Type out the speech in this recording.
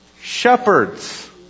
Shepherds